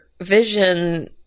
Vision